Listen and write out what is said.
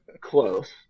Close